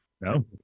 No